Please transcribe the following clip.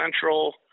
Central